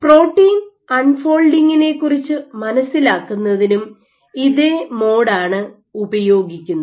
protein അൺഫോൾഡിങ്ങിനെക്കുറിച്ച് മനസ്സിലാക്കുന്നതിനും ഇതേ മോഡാണ് ഉപയോഗിക്കുന്നത്